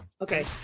Okay